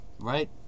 right